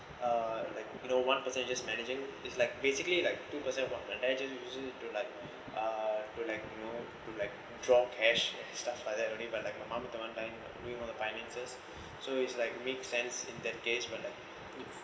uh like you know one person just managing is like basically like two person about imagine using to like to like you know to like draw cash and stuff like that only when like my mom the one doing all the finances so it's like make sense in that case but like